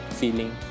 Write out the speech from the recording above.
feeling